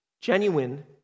Genuine